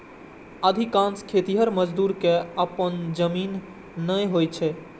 अधिकांश खेतिहर मजदूर कें अपन जमीन नै होइ छै